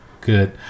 Good